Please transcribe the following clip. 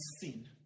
sin